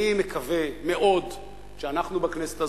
אני מקווה מאוד שאנחנו בכנסת הזאת,